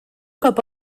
cop